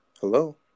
Hello